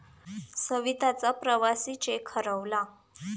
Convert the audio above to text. सविताचा प्रवासी चेक हरवला